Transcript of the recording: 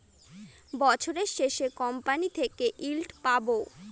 বছরের শেষে কোম্পানি থেকে ইল্ড পাবো